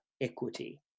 equity